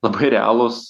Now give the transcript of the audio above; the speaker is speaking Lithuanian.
labai realūs